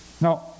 Now